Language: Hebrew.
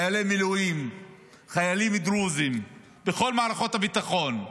חיילי מילואים דרוזים בכל מערכות הביטחון,